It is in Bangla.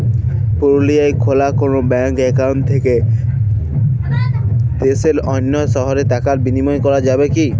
পুরুলিয়ায় খোলা কোনো ব্যাঙ্ক অ্যাকাউন্ট থেকে দেশের অন্য শহরে টাকার বিনিময় করা যাবে কি?